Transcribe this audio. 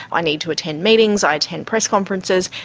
i need to attend meetings, i attend press conferences,